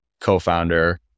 co-founder